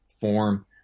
form